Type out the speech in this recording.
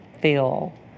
feel